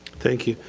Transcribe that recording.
thank you.